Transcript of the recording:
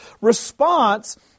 response